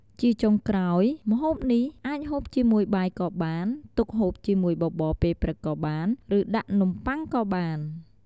ជាចុងក្រោយម្ហូបនេះអាចហូបជាមួយបាយក៏បាន ទុកហូបជាមួយបបរពេលព្រឹកក៏បាន ឬដាក់នំបុ័ងក៏បាន។